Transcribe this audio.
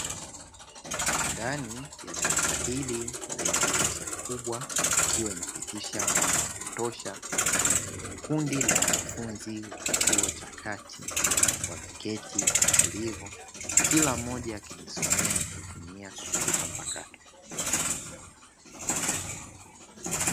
Ndani ya darasa hili lenye dirisha kubwa likiwa linapitisha mwannga wa kutosha, kundi la wanafunzi wa chuo cha kati wameketi kwa utulivu kila mmoja akijisomea kwa kutumia kompyuta mpakato.